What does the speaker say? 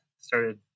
started